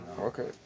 Okay